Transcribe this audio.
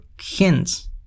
hints